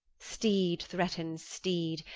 steed threatens steed,